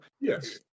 Yes